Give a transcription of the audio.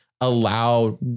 allow